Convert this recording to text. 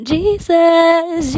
Jesus